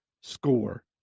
score